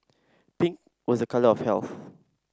pink was a colour of health